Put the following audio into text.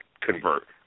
convert